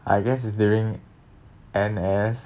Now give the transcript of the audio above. I guess is during N_S